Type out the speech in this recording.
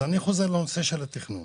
אני חוזר לנושא התכנון